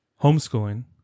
Homeschooling